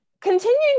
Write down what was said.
continuing